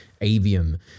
Avium